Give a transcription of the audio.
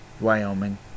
Wyoming